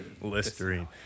Listerine